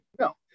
No